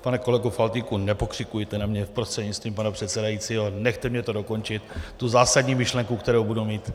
Pane kolego Faltýnku, nepokřikujte na mě, prostřednictvím pana předsedajícího, nechte mě dokončit zásadní myšlenku, kterou budu mít.